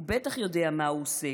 הוא בטח יודע מה הוא עושה.